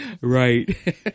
Right